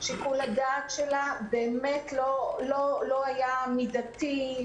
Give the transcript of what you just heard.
שיקול הדעת שלה באמת לא היה מידתי.